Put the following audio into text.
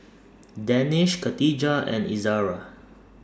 Danish Khatijah and Izara